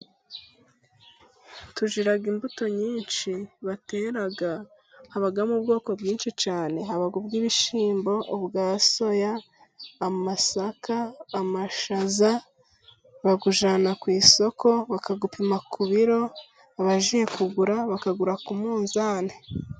Tugira imbuto nyinshi batera, habamo ubwoko bwinshi cyane, habamo, ubwibishyimbo, ubwa soya, amasaka, amashaza, bawujyana ku isoko, bakawupima ku biro, abagiye kugura bakagura ku munzani.